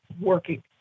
working